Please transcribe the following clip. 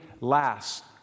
last